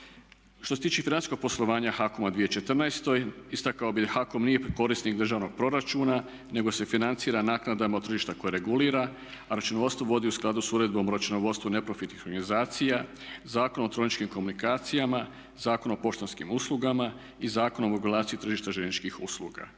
Što se tiče financijskog poslovanja HAKOM-a u 2014. istakao bih da HAKOM nije korisnik državnog proračuna, nego se financira naknadama od tržišta koje regulira, a računovodstvo vodi u skladu sa Uredbom o računovodstvu neprofitnih organizacija, Zakonom o elektroničkim komunikacijama, Zakonom o poštanskim uslugama i Zakonom o regulaciji tržišta željezničkih usluga.